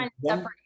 one